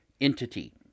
entity